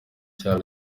cya